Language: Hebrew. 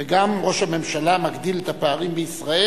וגם: ראש הממשלה מגדיל את הפערים בישראל